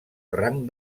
rang